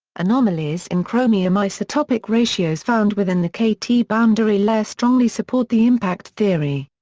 anomalies in chromium isotopic ratios found within the k t boundary layer strongly support the impact theory.